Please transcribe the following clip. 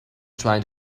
trying